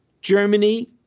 Germany